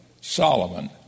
Solomon